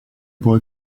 boy